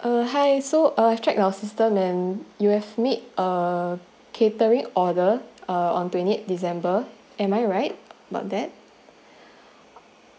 uh hi so uh I've check in our system and you have made a catering order uh on twenty eight december am I right about that